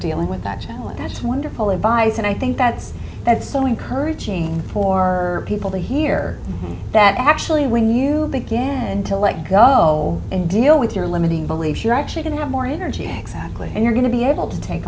dealing with that challenge just wonderful advice and i think that's that's so encouraging for people to hear that actually when you began to let go and deal with your limiting beliefs you're actually going to have more energy exactly and you're going to be able to take